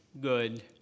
good